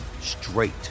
straight